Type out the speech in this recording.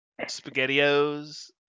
SpaghettiOs